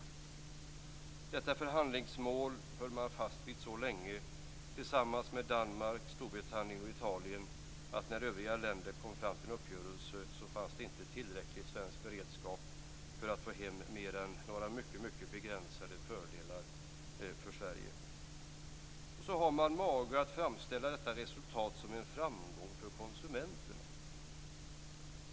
Detta förhandlingsmål höll man fast vid så länge, tillsammans med Danmark, Storbritannien och Italien, att när övriga länder kom fram till en uppgörelse fanns det inte tillräcklig svensk beredskap för att få hem mer än några mycket begränsade fördelar för Så har man mage att framställa detta resultat som en framgång för konsumenterna.